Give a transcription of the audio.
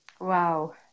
Wow